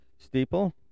steeple